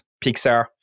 Pixar